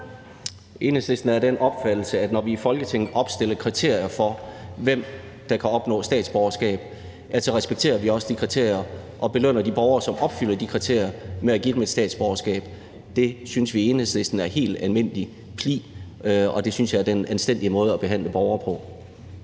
Enhedslisten er af den opfattelse, at når vi i Folketinget opstiller kriterier for, hvem der kan opnå statsborgerskab, så respekterer vi også de kriterier og belønner de borgere, som opfylder de kriterier, med at give dem et statsborgerskab. Det synes vi i Enhedslisten er helt almindelig pli, og det synes jeg er en anstændig måde at behandle borgere på.